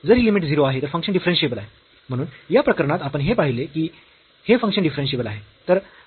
म्हणून या प्रकरणात आपण हे पाहिले की हे फंक्शन डिफरन्शियेबल आहे